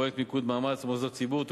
פרויקט מיקוד מאמץ ומוסדות ציבור,